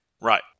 Right